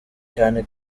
cyane